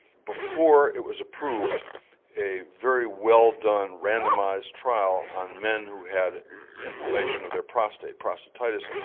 before it was approved a very well done randomised trial on men who had inflammation of their prostate, prostatitis,